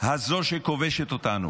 הזאת שכובשת אותנו,